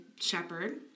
shepherd